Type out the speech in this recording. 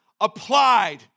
applied